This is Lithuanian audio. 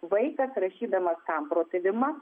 vaikas rašydamas samprotavimą